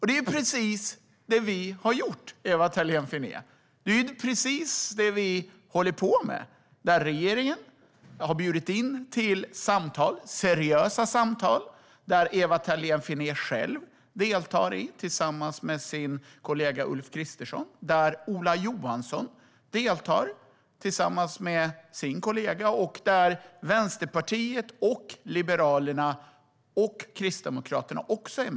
Det är precis det som vi har gjort, Ewa Thalén Finné. Det är precis det som vi håller på med. Regeringen har bjudit in till samtal - seriösa samtal - där Ewa Thalén Finné själv deltar tillsammans med sin kollega Ulf Kristersson, där Ola Johansson deltar tillsammans med sin kollega och där Vänsterpartiet, Liberalerna och Kristdemokraterna också deltar.